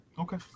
Okay